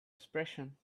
expression